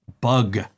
Bug